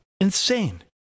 Insane